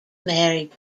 married